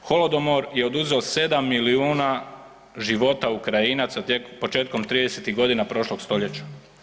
Holodomor je oduzeo 7 milijuna života Ukrajinaca početkom 30-ih godina prošlog stoljeća.